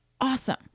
awesome